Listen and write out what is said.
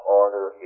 order